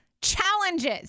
challenges